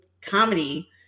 comedy